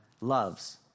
loves